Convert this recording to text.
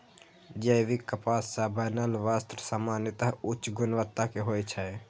जैविक कपास सं बनल वस्त्र सामान्यतः उच्च गुणवत्ता के होइ छै